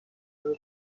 قرار